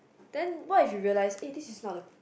then what if you realise eh this is not the